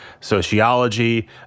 sociology